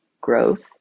growth